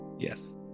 yes